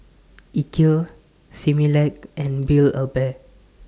Ikea Similac and Build A Bear